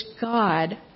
God